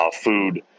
food